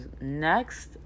next